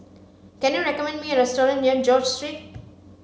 can you recommend me a restaurant near George Street